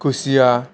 खुसिया